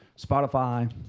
Spotify